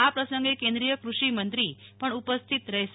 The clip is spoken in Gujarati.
આ પ્રસંગે કેન્દ્રિય કૃષિ મંત્રી પણ ઉપસ્થિત રહેશે